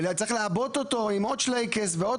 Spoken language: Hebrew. וצריך לעבות אותו עם עוד שלייקס ועוד